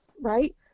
right